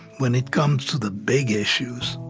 when it comes to the big issues,